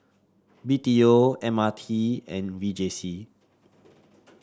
B T O M R T and V J C